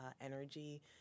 energy